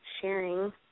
sharing